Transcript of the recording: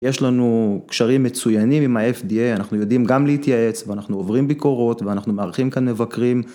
יש לנו קשרים מצוינים עם ה-FDA, אנחנו יודעים גם להתייעץ ואנחנו עוברים ביקורות ואנחנו מארחים כאן מבקרים.